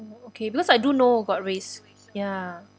oh okay because I do know got risk ya